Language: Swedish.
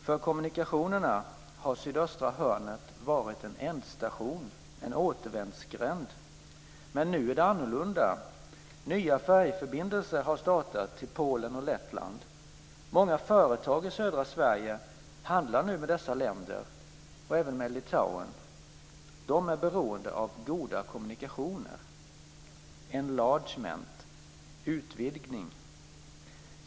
För kommunikationerna har sydöstra hörnet varit en ändstation, en återvändsgränd. Men nu är det annorlunda. Nya färjeförbindelser har startat till Polen och Lettland. Många företag i södra Sverige handlar nu med dessa länder och även med Litauen. De är beroende av goda kommunikationer. Enlargement handlar om utvidgning.